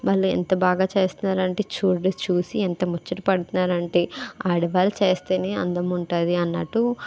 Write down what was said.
వాళ్ళు ఎంత బాగా చేస్తున్నారంటే చూడి చూసి ఎంత ముచ్చట పడుతున్నారంటే ఆడవాళ్ళు చేస్తేనే అందం ఉంటుంది అన్నట్టు